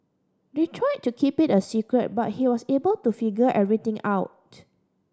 they tried to keep it a secret but he was able to figure everything out